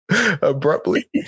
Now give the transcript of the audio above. abruptly